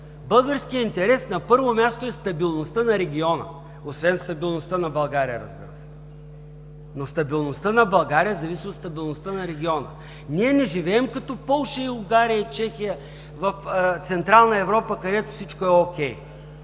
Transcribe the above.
Българският интерес, на първо място, е стабилността на региона, освен стабилността на България, разбира се. Стабилността на България зависи от стабилността на региона. Ние не живеем като Полша, Унгария и Чехия в Централна Европа, където всичко е